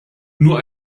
nur